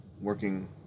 working